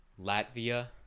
Latvia